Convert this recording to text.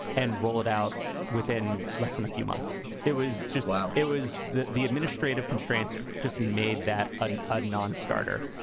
and roll it out within less than a few months. it was just. it was the the administrative constraints just made that and a nonstarter.